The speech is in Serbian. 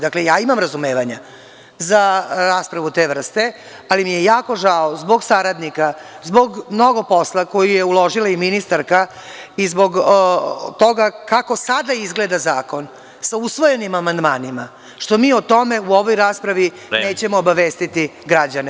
Dakle, ja imam razumevanja za raspravu te vrste, ali mi je jako žao zbog saradnika, zbog mnogo posla koji je uložila i ministarka i zbog toga kako sada izgleda zakon sa usvojenim amandmanima, što mi o tome u ovoj raspravi nećemo obavestiti građane.